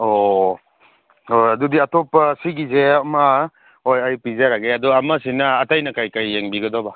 ꯑꯣ ꯍꯣꯏ ꯍꯣꯏ ꯑꯗꯨꯗꯤ ꯑꯇꯣꯞꯄ ꯁꯤꯒꯤꯁꯦ ꯑꯃ ꯍꯣꯏ ꯑꯩ ꯄꯤꯖꯔꯒꯦ ꯑꯗꯣ ꯑꯃꯁꯤꯅ ꯑꯇꯩꯅ ꯀꯔꯤ ꯀꯔꯤ ꯌꯦꯡꯕꯤꯒꯗꯕ